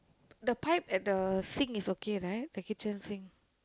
the pipe at the sink is okay right the kitchen sink